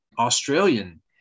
australian